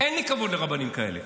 אין לי כבוד לרבנים כאלה.